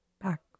back